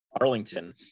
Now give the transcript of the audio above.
Arlington